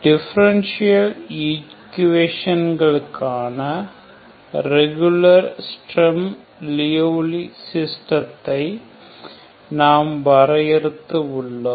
differential ஈக்குவேசன்களுக்கான regular Sturm Liouville சிஸ்டத்தை நாம் வரையறுத்து உள்ளோம்